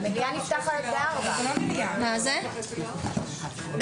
הישיבה ננעלה בשעה 14:30.